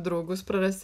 draugus praras